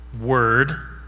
word